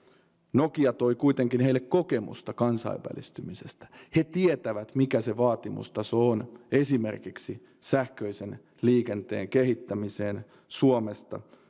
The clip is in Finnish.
nokia toi kuitenkin heille kokemusta kansainvälistymisestä he tietävät mikä se vaatimustaso on esimerkiksi sähköisen liikenteen kehittämisessä suomesta